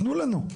תנו לנו.